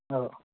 ꯑꯧ